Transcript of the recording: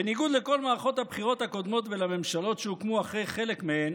בניגוד לכל מערכות הבחירות הקודמות ולממשלות שהוקמו אחרי חלק מהן,